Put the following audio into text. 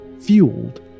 fueled